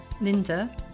linda